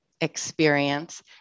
experience